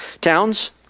towns